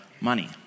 money